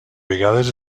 vegades